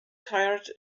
tired